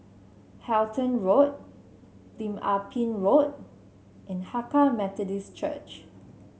Halton Road Lim Ah Pin Road and Hakka Methodist Church